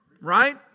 Right